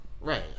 Right